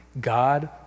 God